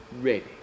ready